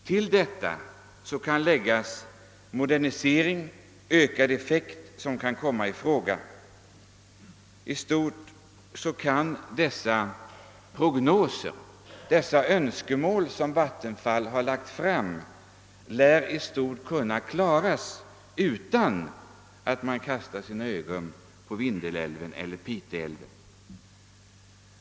Till detta kan läggas den modernisering och ökade effekt som kan komma i fråga. I stort lär de önskemål som Vattenfall har lagt fram kunna tillfredsställas utan att man kastar sina ögon på Vindelälven eller Piteälven.